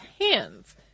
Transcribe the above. hands